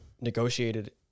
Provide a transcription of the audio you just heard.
negotiated